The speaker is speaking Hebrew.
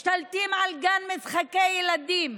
משתלטים על גן משחקי ילדים,